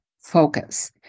focus